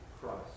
Christ